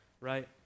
right